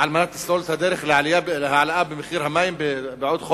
על מנת לסלול את הדרך להעלאה במחיר המים בעוד חודש,